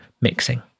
mixing